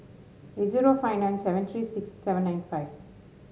eight zero five nine seven three six seven nine five